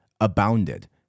abounded